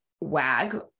wag